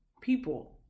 people